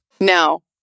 No